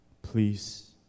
Please